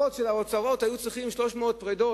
בשביל להחזיק את המפתחות של האוצרות היו צריכים 300 פרדות,